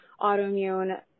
autoimmune